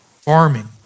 farming